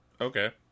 Okay